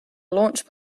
launch